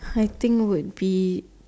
I think would be